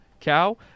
cow